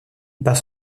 passe